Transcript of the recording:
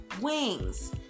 wings